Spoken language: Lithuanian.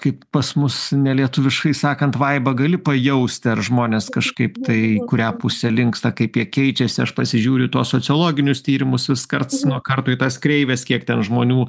kaip pas mus nelietuviškai sakant vaibą gali pajausti ar žmonės kažkaip tai kurią pusę linksta kaip jie keičiasi aš pasižiūriu tuos sociologinius tyrimus karts nuo karto į tas kreives kiek ten žmonių